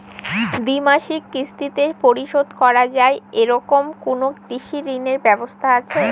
দ্বিমাসিক কিস্তিতে পরিশোধ করা য়ায় এরকম কোনো কৃষি ঋণের ব্যবস্থা আছে?